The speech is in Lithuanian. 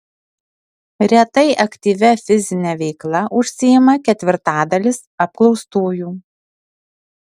retai aktyvia fizine veikla užsiima ketvirtadalis apklaustųjų